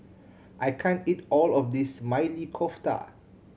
I can't eat all of this Maili Kofta